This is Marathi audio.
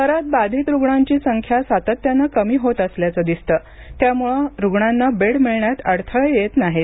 शहरात बाधित रूग्णांची संख्या सातत्यानं कमी होत असल्याचे दिसतं त्यामुळे रूग्णांना बेड मिळण्यात अडथळे येत नाहीत